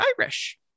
Irish